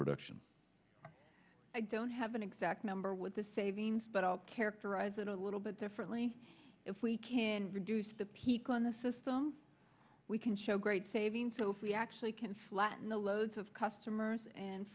production i don't have an exact number with the savings but i'll characterize it a little bit differently if we can reduce the peak on the system we can show great savings so if we actually can flatten the loads of customers and